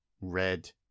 Red